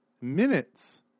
Minutes